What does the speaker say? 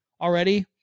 already